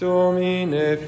Domine